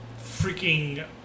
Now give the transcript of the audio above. freaking